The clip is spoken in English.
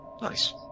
Nice